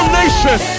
nation